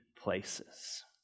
places